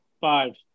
Five